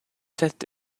sat